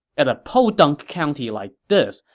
at a podunk county like this,